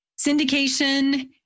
Syndication